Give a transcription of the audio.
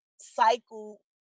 cycle